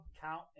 count